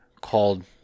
called